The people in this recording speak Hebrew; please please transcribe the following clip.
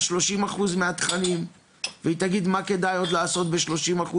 30% מהתכנים והיא תגיד מה כדאי עוד אפשר לעשות ב-30%.